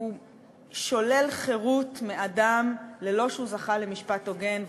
הוא שולל חירות מאדם ללא שהוא זכה למשפט הוגן,